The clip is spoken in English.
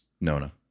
Nona